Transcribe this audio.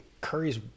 Curry's